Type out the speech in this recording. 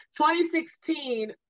2016